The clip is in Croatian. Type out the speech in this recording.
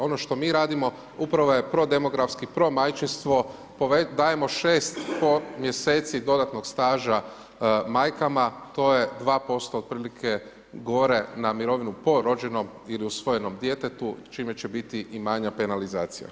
Ono što mi radimo upravo je prodemografski, promajčinstvo, dajemo 6,5 mjeseci dodatnog staža majkama, to je 2% otprilike gore na mirovinu po rođenom ili usvojenom djetetu čime će biti i manja penalizacija.